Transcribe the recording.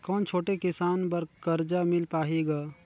कौन छोटे किसान बर कर्जा मिल पाही ग?